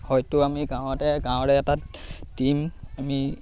হয়তো আমি গাঁৱতে গাঁৱৰে এটা টীম আমি